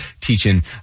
teaching